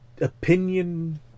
opinion